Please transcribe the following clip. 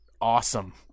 awesome